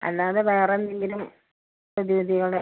അല്ലാതെ വേറെന്തെങ്കിലും പ്രതിവിധികൾ